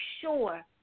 sure